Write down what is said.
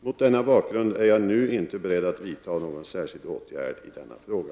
Mot denna bakgrund är jag nu inte beredd att vidta några särskilda åtgärder i denna fråga.